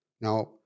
Now